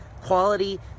quality